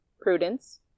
prudence